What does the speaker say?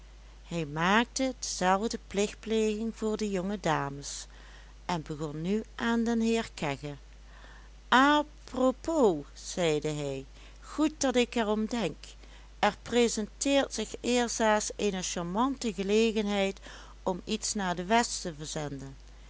hij maakte dezelfde plichtpleging voor de jonge dames en begon nu aan den heer kegge a propos zeide hij goed dat ik er om denk er presenteert zich eerstdaags eene charmante gelegenheid om iets naar de west te verzenden